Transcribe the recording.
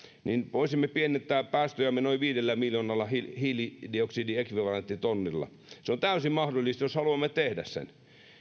voisimme pienentää päästöjämme noin viidellä miljoonalla hiilidioksidiekvivalenttitonnilla se on täysin mahdollista jos haluamme tehdä sen